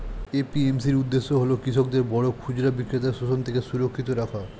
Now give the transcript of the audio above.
APMC এর উদ্দেশ্য হল কৃষকদের বড় খুচরা বিক্রেতার শোষণ থেকে সুরক্ষিত রাখা